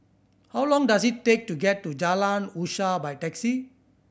how long does it take to get to Jalan Usaha by taxi